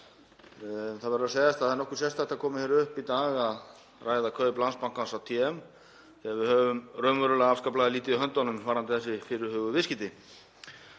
Það verður að segjast að það er nokkuð sérstakt að koma hér upp í dag að ræða kaup Landsbankans á TM þegar við höfum raunverulega afskaplega lítið í höndunum varðandi þessi fyrirhuguðu viðskipti.